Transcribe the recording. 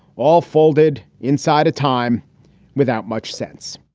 all folded inside, a time without much sense